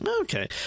okay